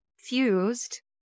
fused